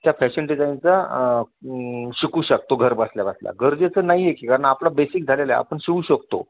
त्या फॅशन डिझायनचा शिकू शकतो घरबसल्या बसल्या गरजेचं नाही आहे की कारण आपलं बेसिक झालेलं आहे आपण शिवू शकतो